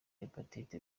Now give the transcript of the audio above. hepatite